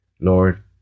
Lord